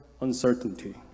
uncertainty